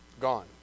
Gone